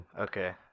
Okay